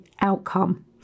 outcome